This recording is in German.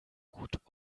gut